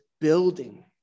building